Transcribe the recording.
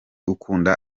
ukunda